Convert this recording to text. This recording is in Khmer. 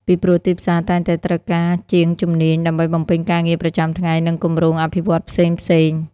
ពីព្រោះទីផ្សារតែងតែត្រូវការជាងជំនាញដើម្បីបំពេញការងារប្រចាំថ្ងៃ និងគម្រោងអភិវឌ្ឍន៍ផ្សេងៗ។